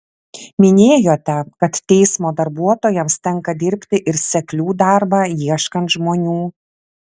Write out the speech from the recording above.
minėjote kad teismo darbuotojams tenka dirbti ir seklių darbą ieškant žmonių